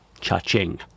Cha-ching